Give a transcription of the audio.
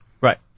Right